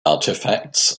artifacts